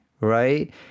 right